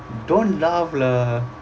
don't laugh lah